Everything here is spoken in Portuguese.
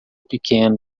pequeno